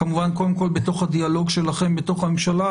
כמובן קודם כול בדיאלוג שלכם בממשלה,